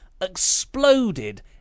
exploded